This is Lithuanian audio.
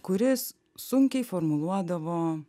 kuris sunkiai formuluodavo